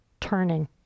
turning